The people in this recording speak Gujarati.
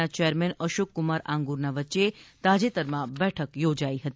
ના ચેરમેન અશોકકુમાર આંગુરના વચ્ચે તાજેતરમાં બેઠક યોજાઇ હતી